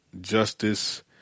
justice